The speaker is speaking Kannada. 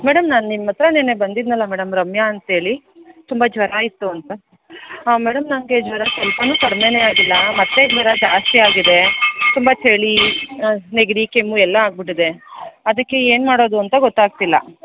ಮೇಡಮ್ ನಾನು ನಿಮ್ಮ ಹತ್ರ ನಿನ್ನೆ ಬಂದಿದ್ದನಲ್ಲ ಮೇಡಮ್ ರಮ್ಯಾ ಅಂತೇಳಿ ತುಂಬ ಜ್ವರ ಇತ್ತು ಅಂತ ಹಾಂ ಮೇಡಮ್ ನನಗೆ ಜ್ವರ ಸ್ವಲ್ಪಾನು ಕಡಿಮೇನೆ ಆಗಿಲ್ಲ ಮತ್ತೆ ಜ್ವರ ಜಾಸ್ತಿ ಆಗಿದೆ ತುಂಬಾ ಚಳಿ ನೆಗಡಿ ಕೆಮ್ಮು ಎಲ್ಲ ಆಗ್ಬಿಟ್ಟಿದೆ ಅದಕ್ಕೆ ಏನು ಮಾಡೋದು ಅಂತ ಗೊತ್ತಾಗ್ತಯಿಲ್ಲ